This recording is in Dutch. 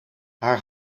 haar